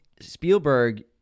Spielberg